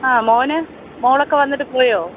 ആ മകന് മകളൊക്കെ വന്നിട്ട് പോയോ